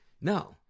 No